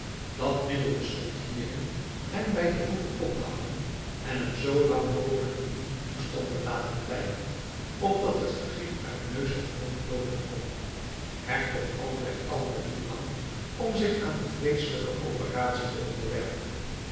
dat middel bestond hierin hem bij de voeten op te hangen en hem zoo lang mogelijk in dien toestand te laten blijven opdat het vergif uit neus en mond loopen kon hertog albrecht talmde niet lang om zich aan die vreeselijke operatie te onderwerpen